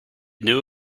knew